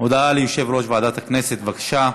הודעה ליושב-ראש ועדת הכנסת, בבקשה.